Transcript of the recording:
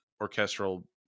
orchestral